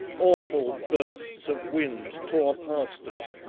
awful bursts of wind tore past us,